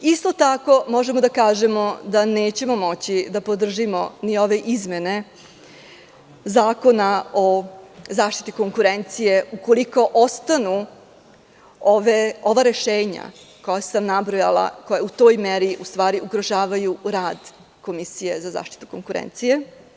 Isto tako, možemo da kažemo da nećemo moći da podržimo ni ove izmene Zakona o zaštiti konkurencije, ukoliko ostanu ova rešenja koja sam nabrojala, koja u toj meri u stvari ugrožavaju rad Komisije za zaštitu konkurencije.